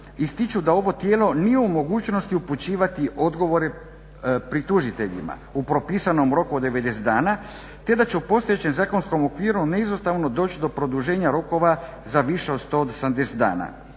ističu da ovo tijelo nije u mogućnosti upućivati odgovore pritužiteljima u propisanom roku od 90 dana, te da će u postojećem zakonskom okviru neizostavno doći do produženja rokova za više od 180 dana